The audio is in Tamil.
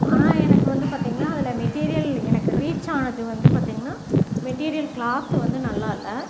ஆனால் எனக்கு வந்து பார்த்தீங்கன்னா அதில் மெட்டீரியல் எனக்கு ரீச் ஆனது வந்து பார்த்தீங்கன்னா மெட்டீரியல் கிளாத் வந்து நல்லா இல்லை